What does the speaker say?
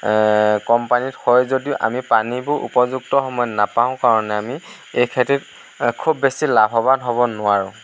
কম পানীত হয় যদিও আমি পানীবোৰ উপযুক্ত সময়ত নাপাওঁ কাৰণে আমি এই খেতিত খুব বেছি লাভৱান হ'ব নোৱাৰোঁ